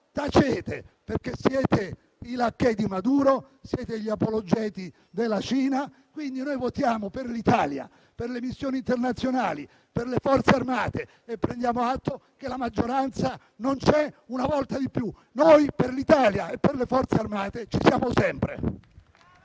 tacete, perché siete i lacchè di Maduro e gli apologeti della Cina. Votiamo quindi per l'Italia, le missioni internazionali e le Forze armate e prendiamo atto che la maggioranza non c'è, una volta di più; noi per l'Italia e le Forze armate ci siamo sempre.